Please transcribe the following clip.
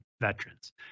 veterans